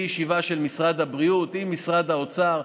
בלי ישיבה של משרד הבריאות עם משרד האוצר.